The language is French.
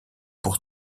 pour